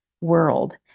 world